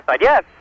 Yes